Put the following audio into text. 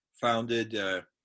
founded